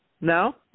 No